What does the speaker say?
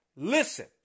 Listen